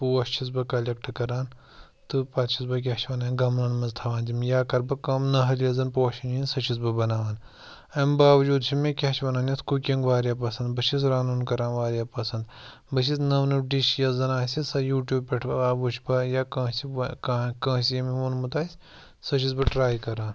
پوٗش چھُس بہٕ کَلیٚکٹہٕ کَران تہٕ پَتہٕ چھُس بہٕ کیٛاہ چھِ وَنان گَملَن منٛز تھاوان تِم یا کَرٕ بہٕ کٲم نٔہلۍ یۄس زَن پوشَن ہِنٛز سۄ چھُس بہٕ بَناوان اَمہِ باوجوٗد چھِ مےٚ کیٚاہ چھِ وَنان یَتھ کُکِنٛگ وارِیاہ پَسنٛد بہٕ چھُس رَنُن کَران وارِیاہ پَسنٛد بہٕ چھُس نوٚو نوٚو ڈِش یۄس زَن آسہِ سۄ یوٗٹیوٗب پٮ۪ٹھ ٲں وُچھہِ بہٕ یا کٲنٛسہِ کٲنٛسہِ ییٚمہِ ووٚنمُت آسہِ سۄ چھُس بہٕ ٹرٛاے کَران